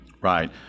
Right